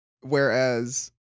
Whereas